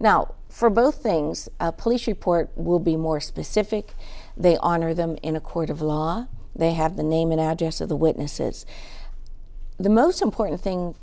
now for both things a police report will be more specific they honor them in a court of law they have the name and address of the witnesses the most important thing